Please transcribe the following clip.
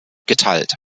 geteilt